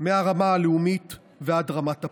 מהרמה הלאומית ועד רמת הפרט.